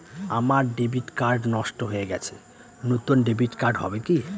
আমার debit card নষ্ট হয়ে গেছে নূতন ডেবিট কার্ড হবে কি?